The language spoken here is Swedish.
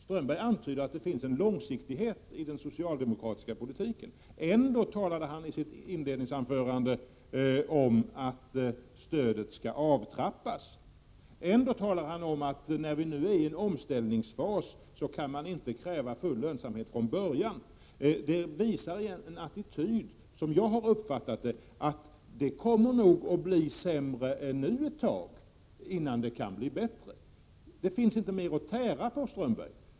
Strömberg antyder att det är långsiktighet i den socialdemokratiska politiken, och ändå talade han i sitt inledningsanförande om att stödet skall avtrappas och att jordbruket nu är i en omställningsfas och därför inte kan kräva full lönsamhet från början. Detta är en attityd som jag uppfattar så att det kommer att bli sämre ännu ett tag innan det kan bli bättre. Det finns inte mer att tära på, Strömberg.